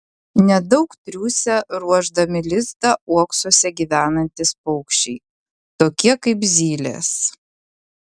nedaug triūsia ruošdami lizdą uoksuose gyvenantys paukščiai tokie kaip zylės